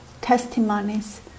testimonies